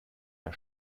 der